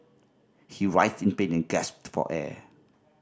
he writhed in pain and gasped for air